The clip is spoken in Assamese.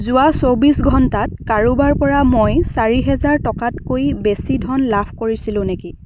যোৱা চৌব্বিছ ঘণ্টাত কাৰোবাৰ পৰা মই চাৰি হেজাৰ টকাতকৈ বেছি ধন লাভ কৰিছিলোঁ নেকি